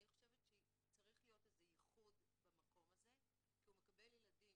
אני חושבת שצריך להיות ייחוד במקום הזה כי הוא מקבל ילדים